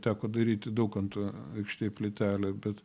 teko daryti daukanto aikštėj plytelę bet